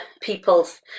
peoples